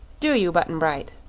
do you, button-bright?